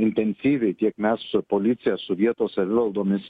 intensyviai tiek mes su policija su vietos savivaldomis